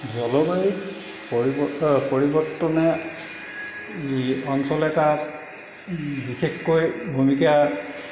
জলবায়ু পৰিৱৰ্তন পৰিৱৰ্তনে অঞ্চল এটাত বিশেষকৈ ভূমিকা